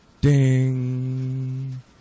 Ding